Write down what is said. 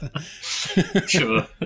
Sure